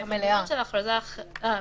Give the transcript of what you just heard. בהכרזה חלקית